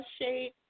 shade